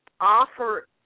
offer